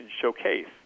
showcase